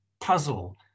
puzzle